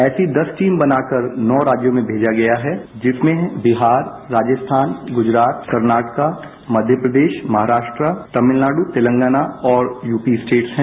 ऐसी दस टीम बनाकर नौ राज्यों में भेजा गया है जिसमें बिहार राजस्थान गुजरात कर्नाटका मध्यप्रदेश महाराष्ट्रा तमिलनाडु तेलंगाना और यूपी स्टेट हैं